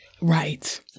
Right